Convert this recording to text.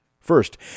First